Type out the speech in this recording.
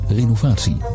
renovatie